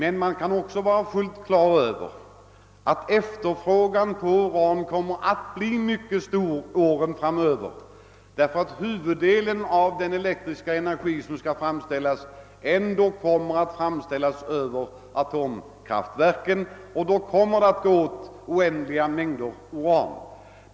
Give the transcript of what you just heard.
Efterfrågan på uran kommer emellertid att bli mycket stor under de kommande åren därför att huvuddelen av den elektriska energi som skall framställas måste alstras vid atomkraftverk och det kommer då att behövas mycket stora mängder uran.